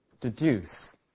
deduce